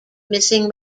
missing